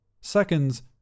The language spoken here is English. Seconds